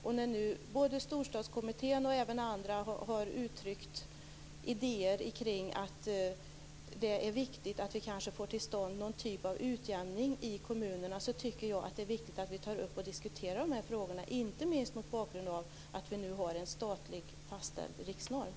Bl.a. Storstadskommittén har uttryckt idéer kring detta med att det är viktigt att få till stånd en typ av utjämning i kommunerna. Jag tycker att det är viktigt att vi diskuterar de här frågorna, inte minst mot bakgrund av att en statlig riksnorm fastställts.